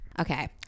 Okay